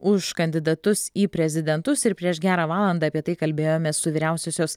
už kandidatus į prezidentus ir prieš gerą valandą apie tai kalbėjomės su vyriausiosios